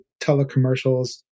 telecommercials